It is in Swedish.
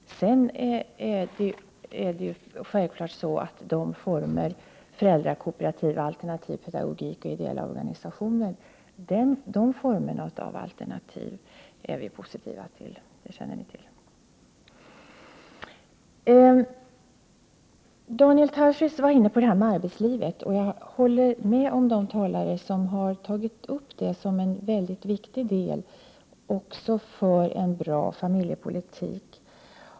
Självfallet är vi positiva till sådant som föräldrakooperativ, alternativ pedagogik och ideella organisationer — det känner ni ju till. Daniel Tarschys talade något om arbetslivet. Jag håller med de talare som menar att det är en väldigt viktig sak också när det gäller att föra en bra familjepolitik.